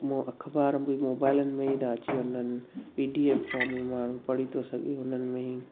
मो अख़बार बि मोबाइलनि में ई था अची वञनि पी डी एफ़ फ़ॉर्म माण्हू पढ़ी थो सघे हुननि में ई